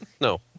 No